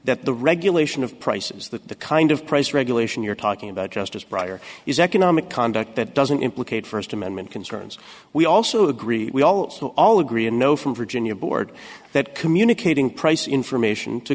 that the regulation of prices that the kind of price regulation you're talking about just as briar is economic conduct that doesn't implicate first amendment concerns we also agree we also all agree and know from virginia board that communicating price information to